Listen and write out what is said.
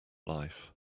life